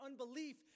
unbelief